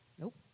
nope